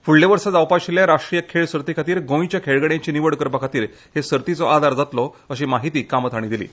फुडल्या वर्सा जावपा आशिल्ल्या राष्ट्रीय खेळ सर्ती खातीर गोंयच्या खेळगड्यांची निवड करपा खातीर हे सर्तींत आदार जातलो अशी माहिती कामत हांणी दिली